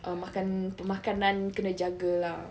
err makan makanan kena jaga lah